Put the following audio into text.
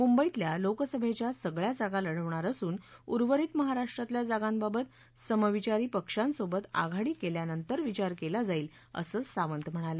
मुंबईतल्या लोकसभेच्या सगळ्या जागा लढवणार असून उर्वरित महाराष्ट्रातल्या जागांबाबत समविचारी पक्षांसोबत आघाडी केल्यानंतर विचार केला जाईल असं सावंत म्हणाले